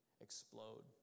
explode